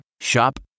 Shop